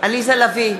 עליזה לביא,